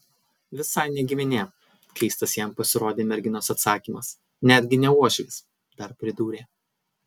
visai ne giminė keistas jam pasirodė merginos atsakymas netgi ne uošvis dar pridūrė